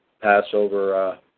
Passover